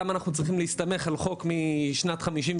למה אנחנו צריכים להסתמך על חוק משנת 1958